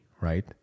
right